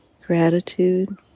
gratitude